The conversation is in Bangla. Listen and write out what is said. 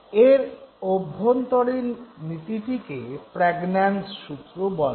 এর অভ্যন্তরীণ নীতিটিকে প্র্যাগন্যানজ সূত্র বলে